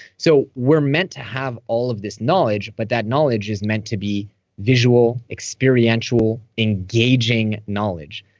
so we're meant to have all of this knowledge, but that knowledge is meant to be visual, experiential engaging knowledge,